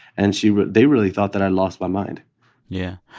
and she they really thought that i lost my mind yeah,